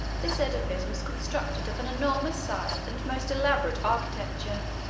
this edifice was constructed of an enormous size and most elaborate architecture.